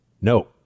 no